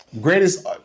Greatest